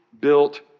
built